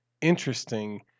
interesting